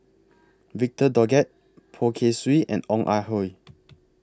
Victor Doggett Poh Kay Swee and Ong Ah Hoi